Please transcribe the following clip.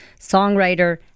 songwriter